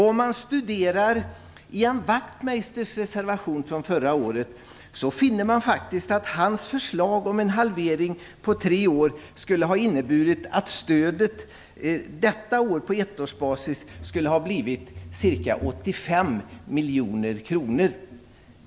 Om man studerar Ian Wachtmeisters reservation från förra året finner man faktiskt att hans förslag om en halvering på tre år skulle ha inneburit att stödet detta år på ettårsbasis skulle ha blivit ca 85 miljoner kronor.